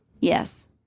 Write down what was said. Yes